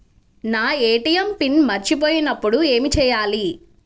నా ATM pin మరచిపోయినప్పుడు ఏమి చేయాలి?